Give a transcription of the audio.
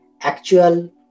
actual